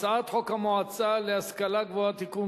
הצעת חוק המועצה להשכלה גבוהה (תיקון,